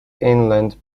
inland